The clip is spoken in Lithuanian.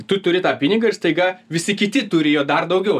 tu turi tą pinigą ir staiga visi kiti turi jo dar daugiau